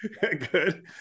Good